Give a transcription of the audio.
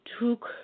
took